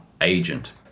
agent